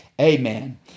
Amen